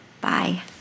Bye